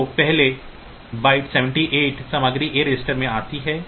तो पहले बाइट 78 सामग्री A रजिस्टर में आती है